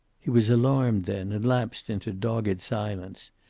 he was alarmed then, and lapsed into dogged silence.